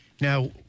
Now